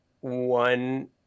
one